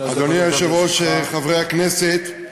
אדוני היושב-ראש, חברי הכנסת,